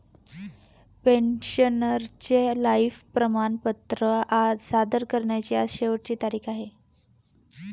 पेन्शनरचे लाइफ प्रमाणपत्र सादर करण्याची आज शेवटची तारीख आहे